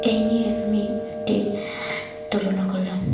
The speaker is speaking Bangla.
এই নিয়ে আমি একটি তুলনা করলাম